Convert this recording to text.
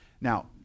Now